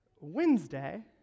Wednesday